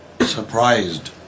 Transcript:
surprised